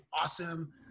awesome